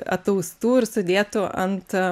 ataustų ir sudėtų ant